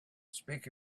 speak